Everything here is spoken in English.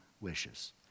wishes